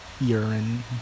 urine